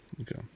Okay